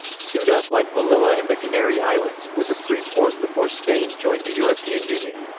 ceuta, like melilla and the canary islands, was a free port before spain joined the european union.